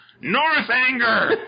Northanger